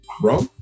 bro